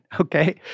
okay